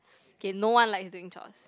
okay no one likes doing chores